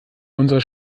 unsere